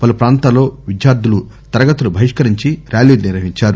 పలు పాంతాల్లో విద్యార్థులు తరగతులు బహిస్కరించి ర్యాలీలు నిర్వహించారు